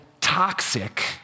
toxic